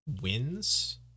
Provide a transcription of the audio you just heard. wins